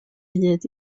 hyd